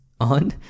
on